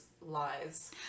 lies